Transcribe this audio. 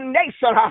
nation